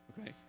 okay